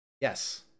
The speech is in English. Yes